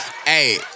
Hey